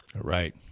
Right